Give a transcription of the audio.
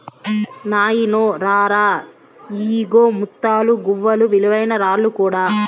నాయినో రా రా, ఇయ్యిగో ముత్తాలు, గవ్వలు, విలువైన రాళ్ళు కూడా